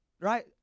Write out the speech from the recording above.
right